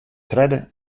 tredde